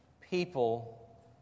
people